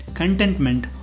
Contentment